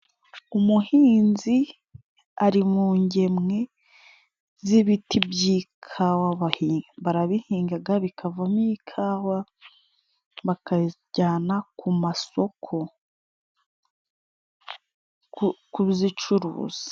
Umuhinzi ari mu ngemwe z’ibiti by’ikawa, barabihingaga, bikavamo ikawa, bakabijyana ku masoko kuzicuruza.